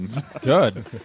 Good